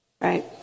Right